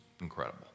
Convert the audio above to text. incredible